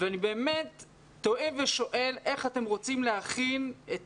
אני תוהה ושואל איך אתם רוצים להכין את